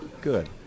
Good